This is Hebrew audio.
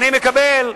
אני מקבל.